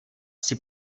jsi